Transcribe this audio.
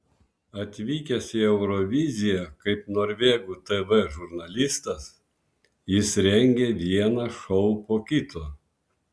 atvykęs į euroviziją kaip norvegų tv žurnalistas jis rengia vieną šou po kito